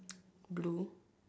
blue